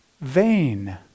vain